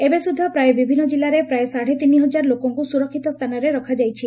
ଏବେ ସୁଦ୍ଧା ପ୍ରାୟ ବିଭିନ୍ନ କିଲ୍ଲାରେ ପ୍ରାୟ ସାତେ ତିନିହଜାର ଲୋକଙ୍କୁ ସୁରକ୍ଷିତ ସ୍ରାନରେ ରଖାଯାଇଛି